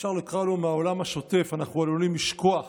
שאפשר לקרוא לו מהעולם השוטף, אנחנו עלולים לשכוח